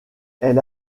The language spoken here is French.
elle